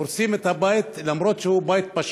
הורסים את הבית, בית פשוט,